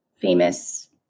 famous